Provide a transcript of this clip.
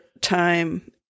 time